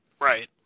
Right